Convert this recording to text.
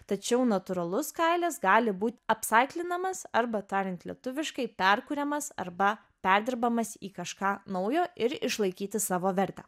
tačiau natūralus kailis gali būt apsaiklinamas arba tariant lietuviškai perkuriamas arba perdirbamas į kažką naujo ir išlaikyti savo vertę